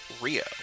Rio